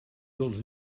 dels